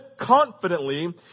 confidently